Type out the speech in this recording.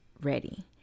ready